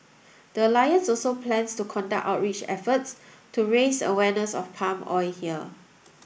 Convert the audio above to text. the alliance also plans to conduct outreach efforts to raise awareness of palm oil here